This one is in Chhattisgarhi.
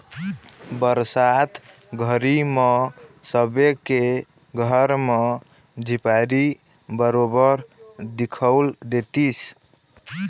बरसात घरी म सबे के घर म झिपारी बरोबर दिखउल देतिस